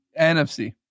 NFC